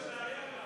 זאת בעיה גם.